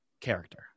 character